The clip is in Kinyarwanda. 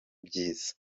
byiza